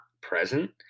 present